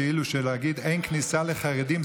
זה כאילו להגיד: אין כניסה לחרדים.